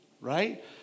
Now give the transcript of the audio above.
right